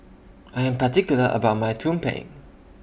I Am particular about My Tumpeng